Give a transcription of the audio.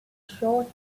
short